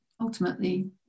ultimately